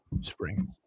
spring